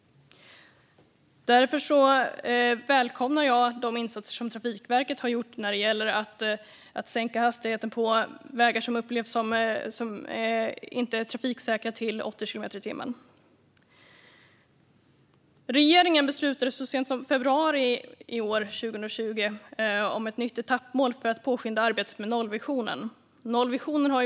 Därför välkomnar jag de insatser som Trafikverket har gjort när det gäller att sänka hastigheten till 80 kilometer i timmen på vägar som inte upplevs som trafiksäkra. Regeringen beslutade så sent som i februari i år om ett nytt etappmål för att påskynda arbetet med nollvisionen.